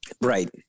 right